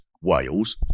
Wales